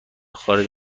خارج